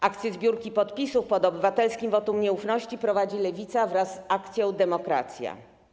Akcję zbiórki podpisów pod obywatelskim wotum nieufności prowadzi Lewica wraz z Akcją Demokracja.